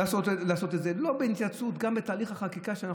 גם בתהליך החקיקה,